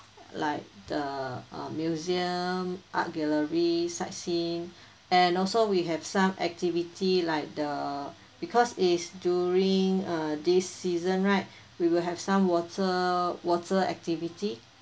like the uh museum art gallery sightseeing and also we have some activity like the because it's during uh this season right we will have some water water activity